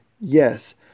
yes